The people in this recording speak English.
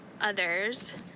others